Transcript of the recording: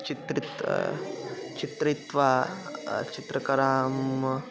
चित्रित् चित्रित्वा चित्रकराम्